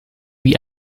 wie